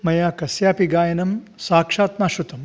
मया कस्यापि गायनं साक्षात् न श्रृतं